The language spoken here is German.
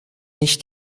nicht